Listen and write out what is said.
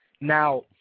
Now